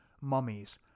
mummies